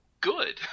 good